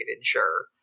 sure